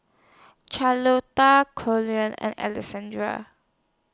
Charlotta Corey and Alexandra